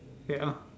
ah